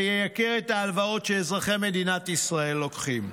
וייקר את ההלוואות שאזרחי מדינת ישראל לוקחים.